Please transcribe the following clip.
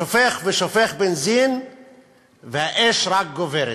שופך ושופך בנזין והאש רק גוברת.